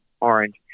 orange